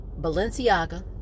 Balenciaga